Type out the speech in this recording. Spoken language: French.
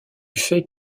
fait